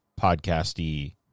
podcasty